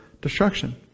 destruction